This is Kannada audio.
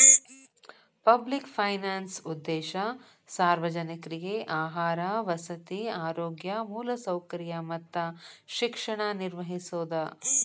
ಪಬ್ಲಿಕ್ ಫೈನಾನ್ಸ್ ಉದ್ದೇಶ ಸಾರ್ವಜನಿಕ್ರಿಗೆ ಆಹಾರ ವಸತಿ ಆರೋಗ್ಯ ಮೂಲಸೌಕರ್ಯ ಮತ್ತ ಶಿಕ್ಷಣ ನಿರ್ವಹಿಸೋದ